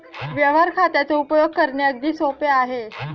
व्यवहार खात्याचा उपयोग करणे अगदी सोपे आहे